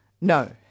No